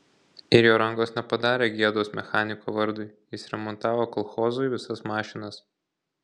ir jo rankos nepadarė gėdos mechaniko vardui jis remontavo kolchozui visas mašinas